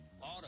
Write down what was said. auto